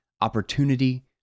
opportunity